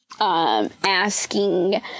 asking